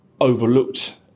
overlooked